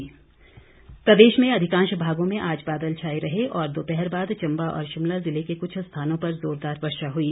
मौसम प्रदेश के अधिकांश भागों में आज बादल छाए रहे और दोपहर बाद चंबा और शिमला ज़िले के कुछ स्थानों पर जोरदार वर्षा हुई